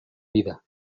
vida